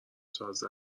تازه